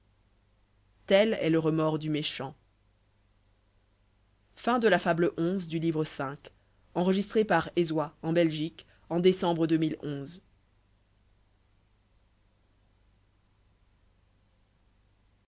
tel est le remords du méchant